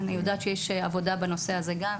אני יודעת שיש עבודה בנושא הזה גם,